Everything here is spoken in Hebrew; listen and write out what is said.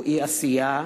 או אי-עשייה,